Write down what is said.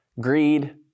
greed